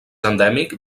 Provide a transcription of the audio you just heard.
endèmic